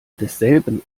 desselben